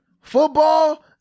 Football